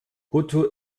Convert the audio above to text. brutto